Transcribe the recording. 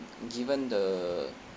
given the